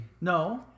No